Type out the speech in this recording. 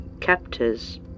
captors